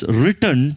written